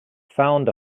found